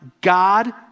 God